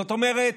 זאת אומרת,